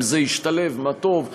אם זה ישתלב, מה טוב.